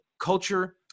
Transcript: culture